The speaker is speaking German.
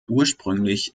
ursprünglich